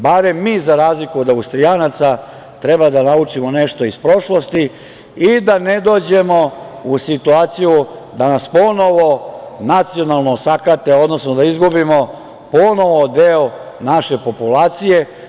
Barem mi, za razliku od Austrijanaca, treba da naučimo nešto iz prošlosti i da ne dođemo u situaciju da nas ponovo nacionalno osakate, odnosno da izgubimo ponovo deo naše populacije.